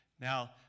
Now